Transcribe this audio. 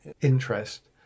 interest